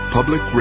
Public